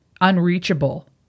unreachable